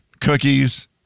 cookies